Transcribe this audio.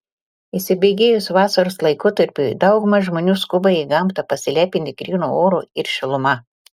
įsibėgėjus vasaros laikotarpiui dauguma žmonių skuba į gamtą pasilepinti grynu oru ir šiluma